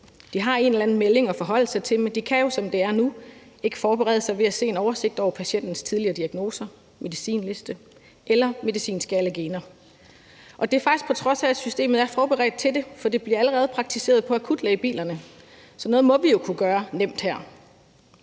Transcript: De har en eller anden melding at forholde sig til, men de kan jo, som det er nu, ikke forberede sig ved at se en oversigt over patientens tidligere diagnoser, medicinliste eller medicinske allergener, og det er faktisk, på trods af at systemet er forberedt til det. For det bliver allerede praktiseret på akutlægebilerne, så noget må vi jo kunne gøre nemt her.